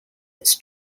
its